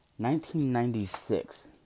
1996